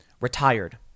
retired